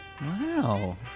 Wow